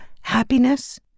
happiness